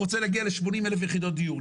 הוא רוצה להגיע ל 80,000 יחידות דיור.